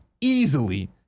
easily